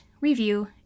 review